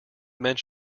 have